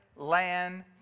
Land